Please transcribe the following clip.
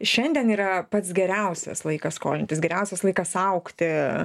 šiandien yra pats geriausias laikas skolintis geriausias laikas augti